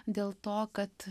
dėl to kad